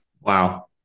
Wow